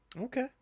okay